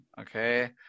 Okay